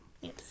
Yes